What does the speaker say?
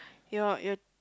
your your